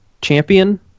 champion